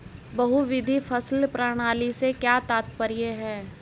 बहुविध फसल प्रणाली से क्या तात्पर्य है?